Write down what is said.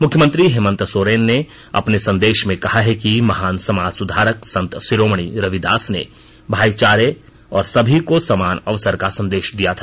मुख्यमंत्री हेमंत सोरेन ने अपने सन्देश में कहा है कि महान समाज सुधारक संत शिरोमणि रविदास ने भाईचारे और सभी को समान अवसर का संदेश दिया था